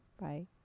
Bye